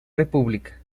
república